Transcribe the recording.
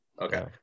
Okay